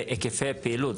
בהיקפי פעילות.